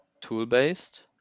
tool-based